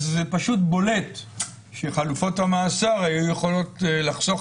אז זה פשוט בולט שחלופות המאסר היו יכולות לחסוך